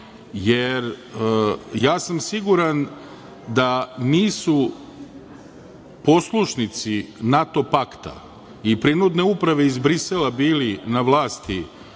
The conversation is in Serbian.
jer siguran sam da nisu poslušnici NATO pakta i prinudne uprave iz Brisela bili na vlasti